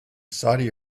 saudi